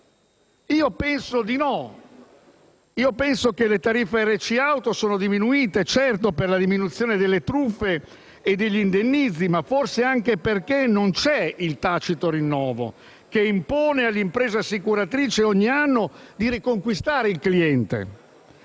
Io penso di no; io penso che le tariffe RC auto siano diminuite, certo, per la diminuzione delle truffe e degli indennizzi, ma forse anche perché non c'è più il tacito rinnovo, che impone all'impresa assicuratrice ogni anno di riconquistare il cliente.